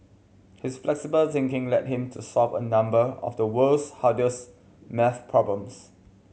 his flexible thinking led him to solve a number of the world's hardest maths problems